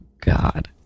God